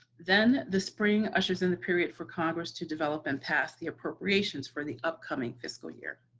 then the spring ushers in the period for congress to develop and pass the appropriations for the upcoming fiscal year.